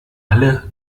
alle